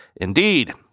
Indeed